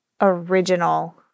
original